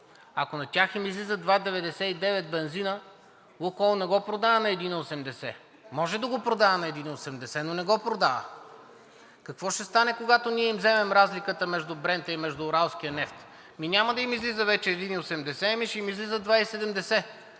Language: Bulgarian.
Ако на тях им излиза 2,99 бензина, „Лукойл“ не го продава на 1,80. Може да го продава на 1,80, но не го продава. Какво ще стане, когато ние им вземем разликата между нефт „Брент“ и „Уралс“? Ами вече няма да им излиза 1,80, ами ще им излиза 2,70.